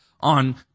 on